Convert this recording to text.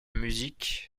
musique